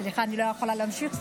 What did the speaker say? סליחה, אני לא יכולה להמשיך.